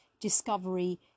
Discovery